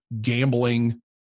gambling